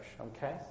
okay